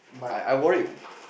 I I wore it